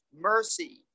mercy